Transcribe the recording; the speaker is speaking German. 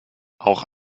auch